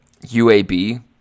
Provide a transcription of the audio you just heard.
UAB